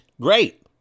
great